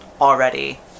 already